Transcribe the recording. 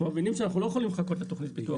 אנחנו מבינים שאנחנו לא יכולים לחכות לתוכנית פעילות,